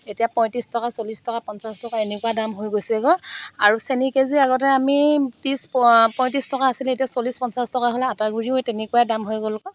এতিয়া পঁইত্ৰিছ টকা চল্লিছ টকা পঞ্চাছ টকা এনেকুৱা দাম হৈ গৈছেগৈ আৰু চেনি কেজি আগতে আমি ত্ৰিছ পঁইত্ৰিছ টকা আছিলে এতিয়া চল্লিছ পঞ্চাছ টকা হ'ল আটা গুৰিও তেনেকুৱা দাম হৈ গ'লগৈ